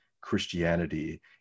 Christianity